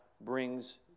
brings